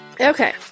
Okay